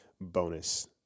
bonus